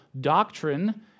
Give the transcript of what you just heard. doctrine